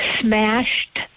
smashed